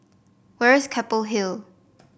where is Keppel Hill